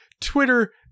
Twitter